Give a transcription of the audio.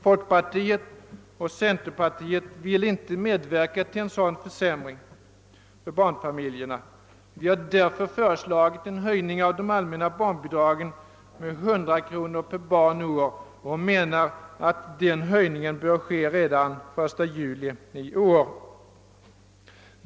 Folkpartiet och centerpartiet vill inte medverka till en sådan försämring för barnfamiljerna. Vi har därför föreslagit en höjning av de allmänna barnbidragen med 100 kronor per barn och år och menar att denna höjning bör ske redan 1 juli i år.